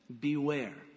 Beware